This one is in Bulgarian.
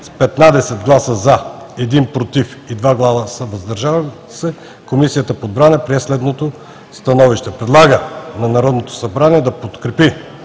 1 гласа „против“ и 2 гласа „въздържали се“, Комисията по отбрана прие следното становище: Предлага на Народното събрание да подкрепи